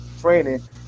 training